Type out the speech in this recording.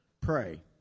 pray